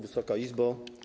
Wysoka Izbo!